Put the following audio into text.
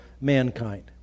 mankind